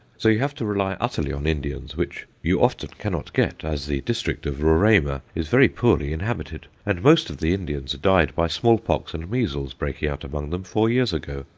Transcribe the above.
so you have to rely utterly on indians, which you often cannot get, as the district of roraima is very poorly inhabited, and most of the indians died by smallpox and measles breaking out among them four years ago,